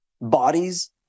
bodies